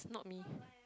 not me